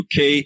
UK